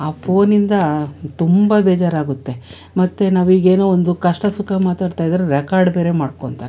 ಆ ಪೋನಿಂದ ತುಂಬ ಬೇಜಾರಾಗುತ್ತೆ ಮತ್ತು ನಾವಿಗೇನೋ ಒಂದು ಕಷ್ಟ ಸುಖ ಮಾತಾಡ್ತಾಯಿದ್ರೆ ರೆಕಾರ್ಡ್ ಬೇರೆ ಮಾಡ್ಕೊಳ್ತಾರೆ